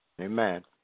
Amen